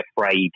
afraid